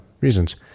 reasons